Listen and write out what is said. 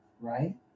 right